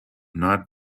not